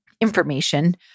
information